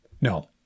No